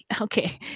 Okay